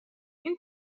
این